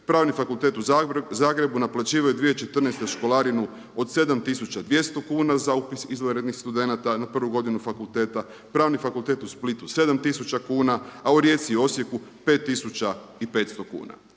Pravni fakultete u Zagrebu naplaćivao je 2014. članarinu od 7200 kuna za upis izvanrednih studenata na prvu godinu fakulteta. Pravni fakultet u Splitu 7000 kuna, a u Rijeci i Osijeku 5000 i 500 kuna.